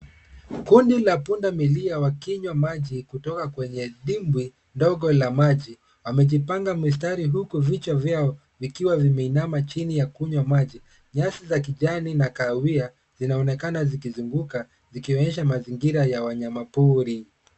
Kundi la pundamilia wakinywa maji kutoka kwenye dibwi dogo la maji, wamejipanga mistari huku vichwa vyao vikiwa vimeinama chini ya kunywa maji. Nyasi za kijani na kahawia zinaonekana zikizunguka zikionyesha mazingira ya wanyama pori.